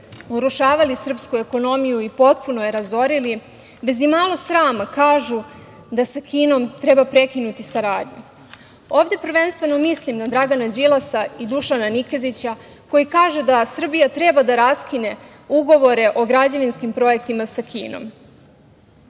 urušavali srpsku ekonomiju i potpuno je razorili bez imalo srama kažu da sa Kinom treba prekinuti saradnju. Ovde prvenstveno mislim na Dragana Đilasa i Dušana Nikezića, koji kaže da Srbija treba da raskine ugovore o građevinskim projektima sa Kinom.